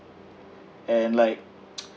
and like